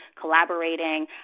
collaborating